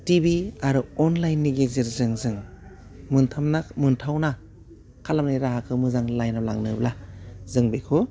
TV आरो अनलाइननि गेजेरजों जों मोनथामना मोनथावना खालामनाय राहाखौ मोजां लाइनआव लांनोब्ला जों बेखौ